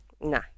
Nah